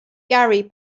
gary